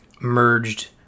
merged